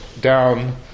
down